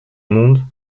monde